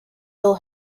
ill